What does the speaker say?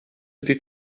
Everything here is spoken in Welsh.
ydy